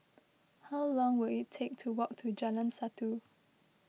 how long will it take to walk to Jalan Satu